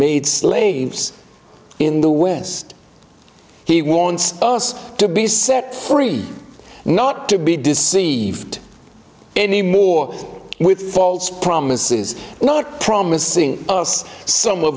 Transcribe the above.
made slaves in the west he wants us to be set free not to be deceived anymore with false promises not promising us some